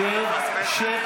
שב, שב.